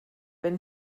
wenn